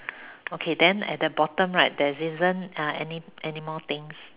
okay then at the bottom right there isn't uh any anymore things